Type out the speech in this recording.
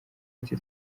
ati